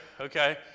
Okay